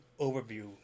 overview